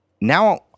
now